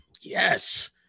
yes